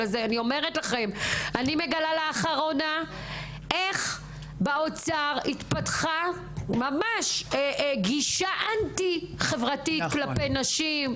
אני מגלה לאחרונה איך באוצר התפתחה גישה אנטי חברתית כלפי נשים.